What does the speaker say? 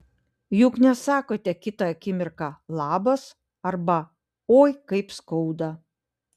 juk nesakote kitą akimirką labas arba oi kaip skauda